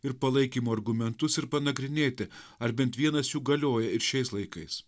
ir palaikymo argumentus ir panagrinėti ar bent vienas jų galioja ir šiais laikais